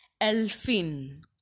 Elfin